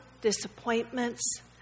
disappointments